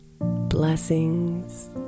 blessings